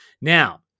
Now